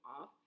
off